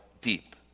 deep